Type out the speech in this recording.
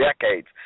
decades